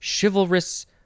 chivalrous